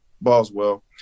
Boswell